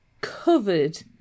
covered